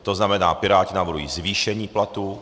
To znamená, Piráti navrhují zvýšení platů.